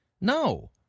No